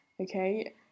okay